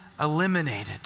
eliminated